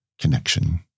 connection